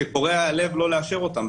שקורע הלב לא לאשר אותן.